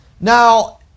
Now